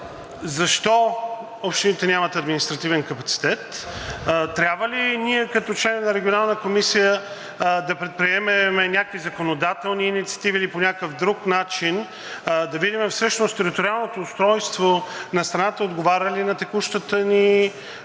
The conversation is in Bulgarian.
защо общините нямат административен капацитет? Трябва ли ние като членове на Регионалната комисия да предприемем някакви законодателни инициативи или по някакъв друг начин да видим всъщност териториалното устройство на страната отговаря ли на текущата ни картинка